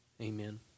Amen